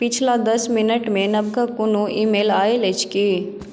पछिला दस मिनट मे नवका कोनो ईमेल आयल अछि की